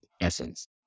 essence